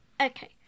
Okay